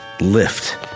Lift